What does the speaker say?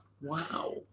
Wow